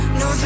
no